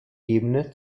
ebene